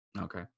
Okay